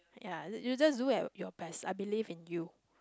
ya you you just do at your best I believe in you